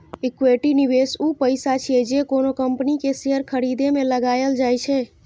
equity निवेश ऊ पैसा छियै, जे कोनो कंपनी के शेयर खरीदे मे लगाएल जाइ छै